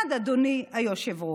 אחד, אדוני היושב-ראש.